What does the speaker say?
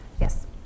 Yes